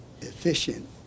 efficient